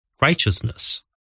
righteousness